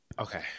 Okay